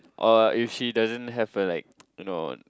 or if she doesn't have a like you know